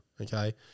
okay